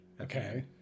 Okay